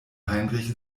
heinrich